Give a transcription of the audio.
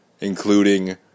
including